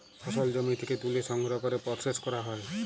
ফসল জমি থ্যাকে ত্যুলে সংগ্রহ ক্যরে পরসেস ক্যরা হ্যয়